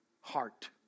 heart